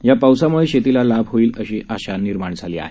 या पावसामुळे शेतीला लाभ होईल अशी आशा निर्माण झाली आहे